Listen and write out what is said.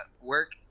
work